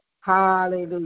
Hallelujah